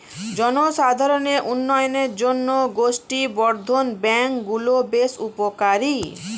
জনসাধারণের উন্নয়নের জন্য গোষ্ঠী বর্ধন ব্যাঙ্ক গুলো বেশ উপকারী